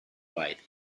wide